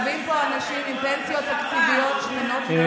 יושבים פה אנשים עם פנסיות תקציביות שמנות מאוד.